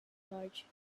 large